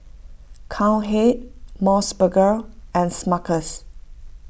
Cowhead Mos Burger and Smuckers